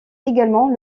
également